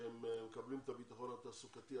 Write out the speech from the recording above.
שמקבלים את הביטחון התעסוקתי,